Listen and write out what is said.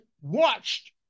watched